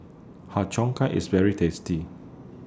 Har Cheong Gai IS very tasty